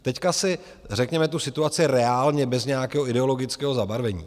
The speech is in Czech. Teď si řekněme tu situaci reálně bez nějakého ideologického zabarvení.